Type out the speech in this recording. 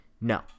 No